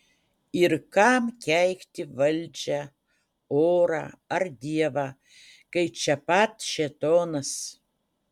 ir kam keikti valdžią orą ar dievą kai čia pat šėtonas